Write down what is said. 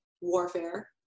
warfare